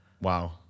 Wow